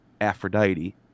Aphrodite